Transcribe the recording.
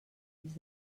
ells